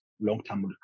long-term